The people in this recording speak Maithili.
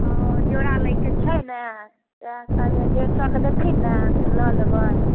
ओ जोड़ा लैके छै ने सएह कहलियै डेढ़ सए के देथिन ने तऽ लऽ लेबै